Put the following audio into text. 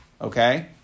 Okay